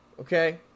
okay